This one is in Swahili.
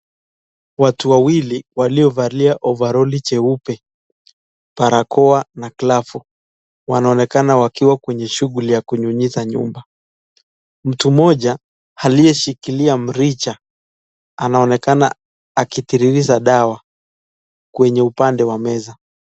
Watu wawili waliovalia ovaroli cheupe, barakoa na glavu wanaonekana wakiwa kwenye shughuli ya kunyunyiza nyumba. Mtu mmoja aliyeshikilia mrija anaonekana akitiririza dawa kwenye upande wa meza.